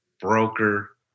broker